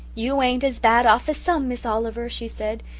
you ain't as bad off as some, miss oliver she said,